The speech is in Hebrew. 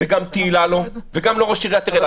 גם תהלה לא וגם לא ראש עיריית אילת.